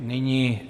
Nyní...